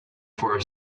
for